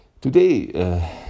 Today